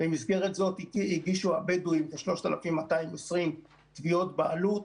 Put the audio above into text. במסגרת זאת הגישו הבדואים כ-3,220 תביעות בעלות.